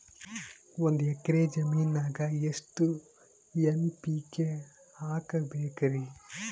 ಒಂದ್ ಎಕ್ಕರ ಜಮೀನಗ ಎಷ್ಟು ಎನ್.ಪಿ.ಕೆ ಹಾಕಬೇಕರಿ?